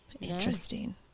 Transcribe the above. Interesting